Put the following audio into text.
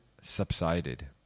subsided